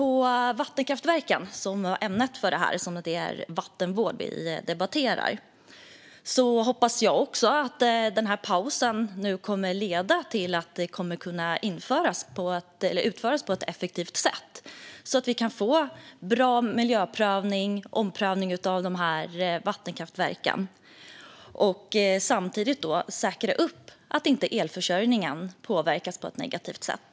När det gäller vattenkraftverken hoppas också jag att pausen ska leda till att vi kan få en effektiv och bra miljöprövning och omprövning och samtidigt säkra upp att elförsörjningen inte påverkas på ett negativt sätt.